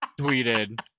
tweeted